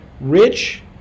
rich